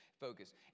focus